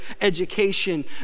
education